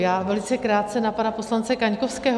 Já velice krátce na pana poslance Kaňkovského.